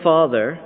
Father